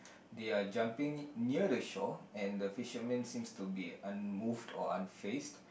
they are jumping near the shore and the fishermen seems to be unmoved or unfazed